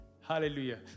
Hallelujah